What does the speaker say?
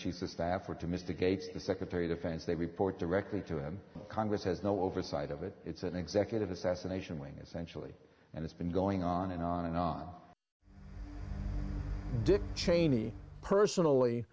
to mr gates the secretary of defense they report directly to him congress has no oversight of it it's an executive assassination wing essentially and it's been going on and on and on dick cheney personally